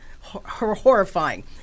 horrifying